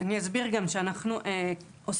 אני אסביר גם שאנחנו עושים,